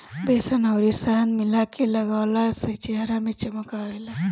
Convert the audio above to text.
बेसन अउरी शहद मिला के लगवला से चेहरा में चमक आवेला